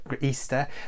Easter